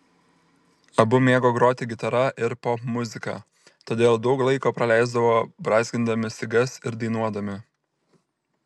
abu mėgo groti gitara ir popmuziką todėl daug laiko praleisdavo brązgindami stygas ir dainuodami